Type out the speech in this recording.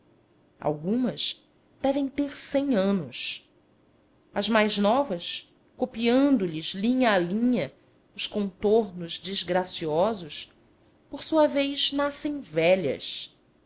algumas devem ter cem anos as mais novas copiando lhes linha a linha os contornos desgraciosos por sua vez nascem velhas